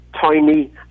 tiny